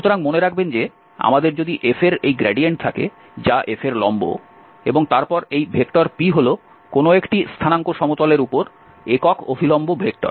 সুতরাং মনে রাখবেন যে আমাদের যদি f এর এই গ্রেডিয়েন্ট থাকে যা f এর লম্ব এবং তারপর এই p হল কোনও একটি স্থানাঙ্ক সমতলের উপর একক অভিলম্ব ভেক্টর